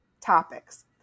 topics